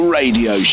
radio